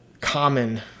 common